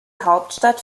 hauptstadt